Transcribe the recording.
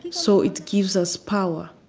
so it gives us power